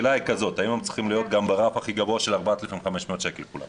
האם הם צריכים להיות גם ברף הכי גבוה של 4,500 שקל כולם?